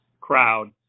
crowd